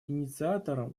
инициатором